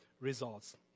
results